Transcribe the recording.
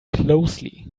closely